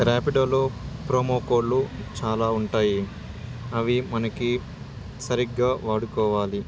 ర్యాపిడోలో promo కోడ్లు చాలా ఉంటాయి అవి మనకి సరిగ్గా వాడుకోవాలి